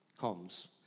comes